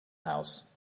house